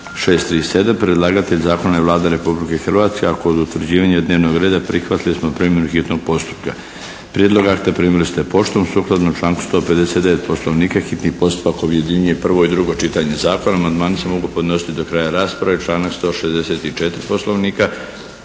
637 Predlagatelj zakona je Vlada Republike Hrvatske, a kod utvrđivanja dnevnog reda prihvatili smo primjenu hitnog postupka. Prijedlog akta primili ste poštom. Sukladno članku 159. Poslovnika hitni postupak objedinjuje prvo i drugo čitanje zakona. Amandmani se mogu podnositi do kraja rasprave članak 164. Poslovnika.